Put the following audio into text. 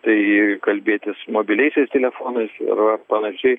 tai kalbėtis mobiliaisiais telefonais ir panašiai